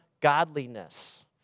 godliness